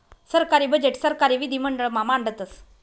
सरकारी बजेट सरकारी विधिमंडळ मा मांडतस